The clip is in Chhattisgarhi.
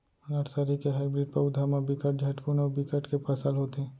नरसरी के हाइब्रिड पउधा म बिकट झटकुन अउ बिकट के फसल होथे